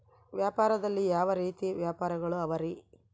ವ್ಯಾಪಾರದಲ್ಲಿ ಯಾವ ರೇತಿ ವ್ಯಾಪಾರಗಳು ಅವರಿ?